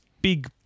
big